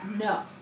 no